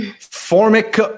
formic